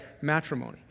matrimony